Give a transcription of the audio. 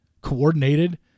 coordinated